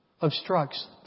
obstructs